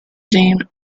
jane